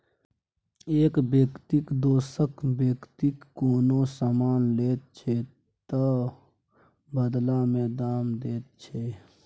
एक बेकती दोसर बेकतीसँ कोनो समान लैत छै तअ बदला मे दाम दैत छै